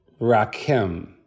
Rakim